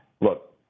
Look